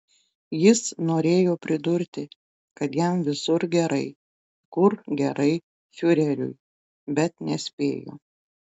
jis norėjo pridurti kad jam visur gerai kur gerai fiureriui bet nespėjo